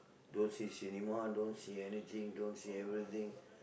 don't see cinema don't see anything don't see everything